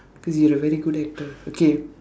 cause you are a very good actor okay